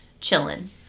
chilling